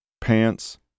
Pants